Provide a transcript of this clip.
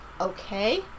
Okay